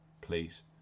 please